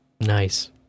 Nice